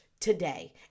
Today